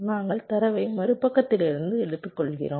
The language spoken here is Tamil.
நாங்கள் தரவை மறுபக்கத்திலிருந்து எடுத்துக்கொள்கிறோம்